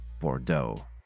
Bordeaux